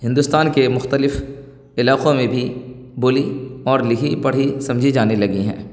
ہندوستان کے مختلف علاقوں میں بھی بولی اور لکھی پڑھی سمجھی جانے لگی ہیں